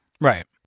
Right